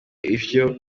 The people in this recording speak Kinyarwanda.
iyo